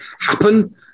happen